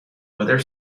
whether